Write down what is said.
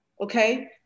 okay